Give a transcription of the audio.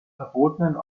verbotenen